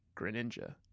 Greninja